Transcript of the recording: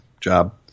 Job